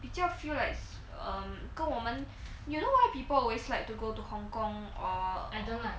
比较 feel like um 跟我们 you know why people always like to go to hong kong or I don't like